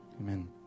amen